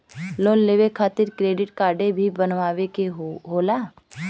Loan लेवे खातिर credit card भी बनवावे के होला?